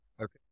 Okay